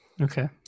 Okay